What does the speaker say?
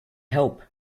help